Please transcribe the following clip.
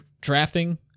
drafting